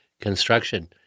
construction